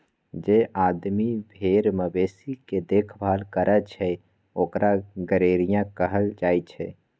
जे आदमी भेर मवेशी के देखभाल करई छई ओकरा गरेड़िया कहल जाई छई